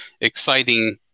exciting